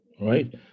right